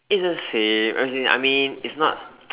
it's the same as in I mean it's not